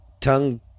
tongue